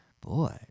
boy